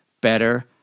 better